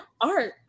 art